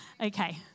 Okay